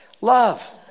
love